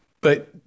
but-